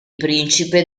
principe